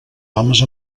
homes